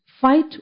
Fight